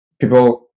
people